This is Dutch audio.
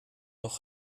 nog